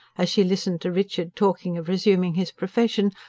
as she listened to richard talking of resuming his profession,